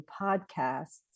Podcasts